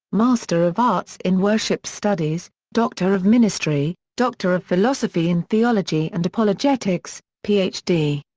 master of arts in worship studies, doctor of ministry, doctor of philosophy in theology and apologetics ph d.